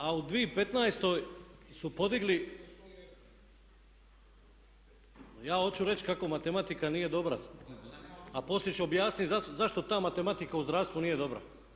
A u 2015. su podigli, ja hoću reći kako matematika nije dobra, a poslije ću objasniti zašto ta matematika u zdravstvu nije dobra.